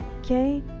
Okay